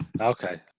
Okay